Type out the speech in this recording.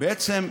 בעצם,